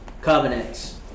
covenants